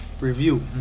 review